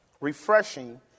refreshing